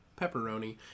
Pepperoni